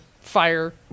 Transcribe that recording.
fire